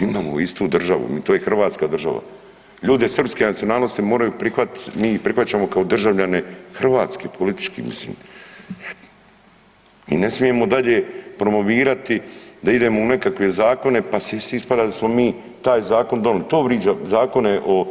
Mi imamo istu državu, to je Hrvatska država, ljudi srpske nacionalnosti moraju prihvatiti, mi ih prihvaćamo kao državljane Hrvatske, politički, mislim, i ne smijemo dalje promovirati da idemo u nekakve zakona pa ispada da smo mi taj zakon donili, to vriđa, zakone o